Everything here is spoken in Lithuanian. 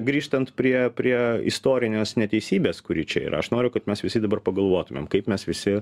grįžtant prie prie istorinės neteisybės kuri čia yra aš noriu kad mes visi dabar pagalvotumėm kaip mes visi